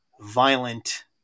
violent